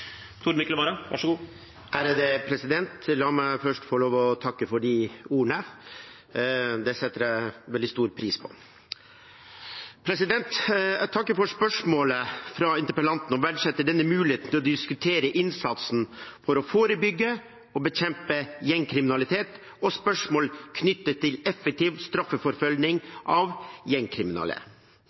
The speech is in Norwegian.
La meg først få lov til å takke for de ordene. Det setter jeg veldig stor pris på. Jeg takker for spørsmålet fra interpellanten og verdsetter denne muligheten til å diskutere innsatsen for å forebygge og bekjempe gjengkriminalitet og spørsmål knyttet til effektiv straffeforfølging av gjengkriminelle. Utfordringer knyttet til gjengkriminalitet